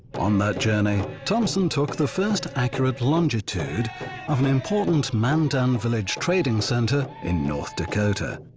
on that journey, thompson took the first accurate longitude of an important mandan village trading center in north dakota.